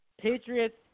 Patriots